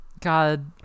God